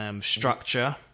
structure